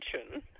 attention